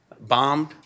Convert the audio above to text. bombed